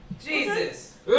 Jesus